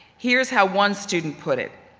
here's how one student put it.